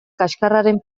kaxkarraren